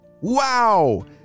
Wow